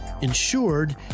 insured